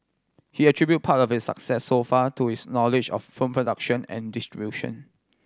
he attribute part of its success so far to his knowledge of film production and distribution